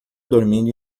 dormindo